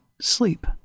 sleep